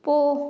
போ